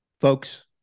folks